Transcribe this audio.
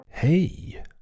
Hey